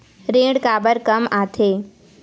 ऋण काबर कम आथे?